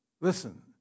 Listen